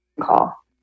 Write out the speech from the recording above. call